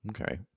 Okay